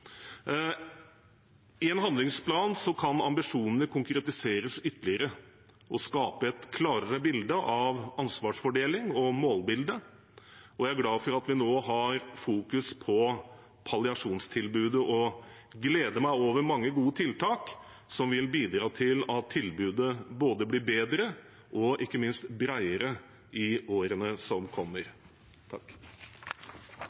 I en handlingsplan kan ambisjonene konkretiseres ytterligere og skape et klarere bilde av ansvarsfordeling og målbilde. Jeg er glad for at vi nå har fokus på palliasjonstilbudet, og gleder meg over mange gode tiltak som vil bidra til at tilbudet blir både bedre og ikke minst bredere i årene som kommer.